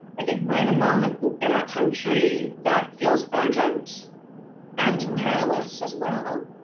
i think we're in a moment in our country that feels urgent and perilous as well,